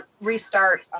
restart